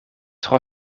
tro